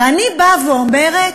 ואני באה ואומרת: